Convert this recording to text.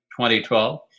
2012